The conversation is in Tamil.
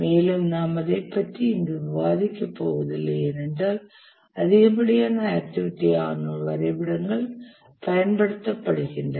மேலும் நாம் அதைப் பற்றி இங்கு விவாதிக்கப் போவதில்லை ஏனென்றால் அதிகப்படியான ஆக்டிவிட்டி ஆன் நோட் வரைபடங்கள் பயன்படுத்தப்படுகின்றன